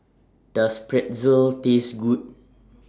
Does Pretzel Taste Good